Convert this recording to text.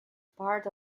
part